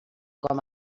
com